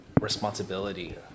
responsibility